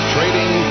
Trading